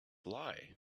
lie